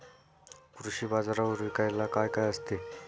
कृषी बाजारावर विकायला काय काय असते?